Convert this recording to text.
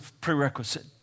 prerequisite